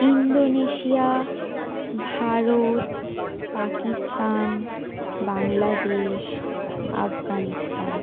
Indonesia Bharat Pakistan Bangladesh Afghanistan